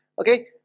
Okay